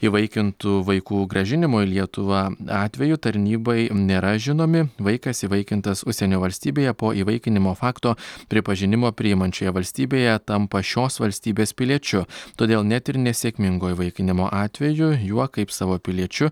įvaikintų vaikų grąžinimo į lietuvą atveju tarnybai nėra žinomi vaikas įvaikintas užsienio valstybėje po įvaikinimo fakto pripažinimo priimančioje valstybėje tampa šios valstybės piliečiu todėl net ir nesėkmingo įvaikinimo atveju juo kaip savo piliečiu